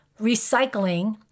recycling